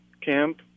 camp